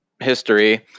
history